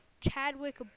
Chadwick